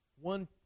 One